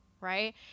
Right